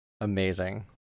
Amazing